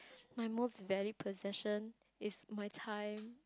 my most valued possession is my time